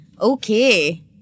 okay